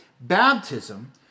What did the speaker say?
baptism